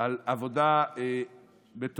על עבודה מטורפת